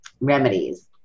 remedies